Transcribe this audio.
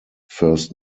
first